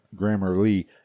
grammarly